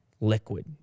liquid